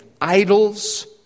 idols